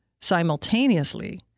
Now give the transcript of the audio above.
simultaneously